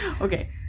okay